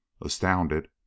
Astounded